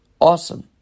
awesome